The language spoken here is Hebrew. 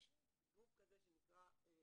יש איש מקצוע כזה שנקרא אקטואר.